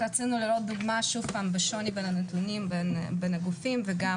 רצינו להראות דוגמה לשוני בין הגופים וגם